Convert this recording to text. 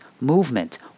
movement